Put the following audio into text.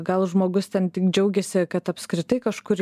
gal žmogus ten tik džiaugiasi kad apskritai kažkur